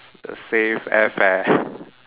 save air fare